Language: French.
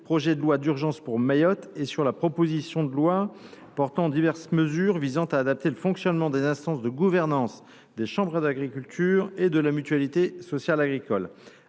projet de loi d’urgence pour Mayotte et sur la proposition de loi portant diverses mesures visant à adapter le fonctionnement des instances de gouvernance des chambres d’agriculture et de la mutualité sociale agricole.